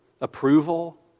approval